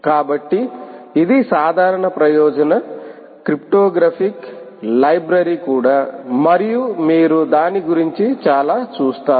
కాబట్టి ఇది సాధారణ ప్రయోజన క్రిప్టోగ్రాఫిక్ లైబ్రరీ కూడా మరియు మీరు దాని గురించి చాలా చూస్తారు